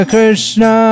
Krishna